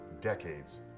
decades